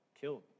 killed